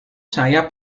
saya